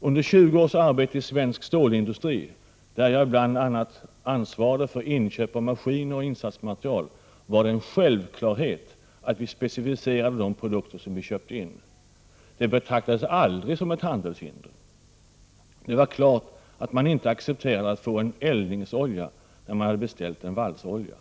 Under 20 års arbete i svensk stålindustri, där jag bl.a. ansvarade för inköp av maskiner och insatsmaterial, var det en självklarhet att vi specificerade de produkter som vi köpte in. Det betraktades aldrig som ett handeishinder. Det var klart att man inte accepterade att få en eldningsolja när man hade beställt en valsolja.